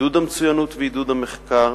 עידוד המצוינות ועידוד המחקר,